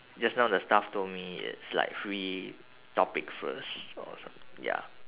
just now the staff told me it's like free topic first or someth~ ya